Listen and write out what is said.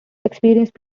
experienced